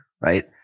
right